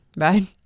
right